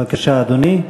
בבקשה, אדוני.